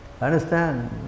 Understand